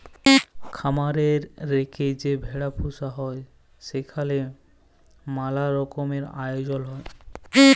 খামার এ রেখে যে ভেড়া পুসা হ্যয় সেখালে ম্যালা রকমের আয়জল হ্য়য়